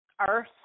earth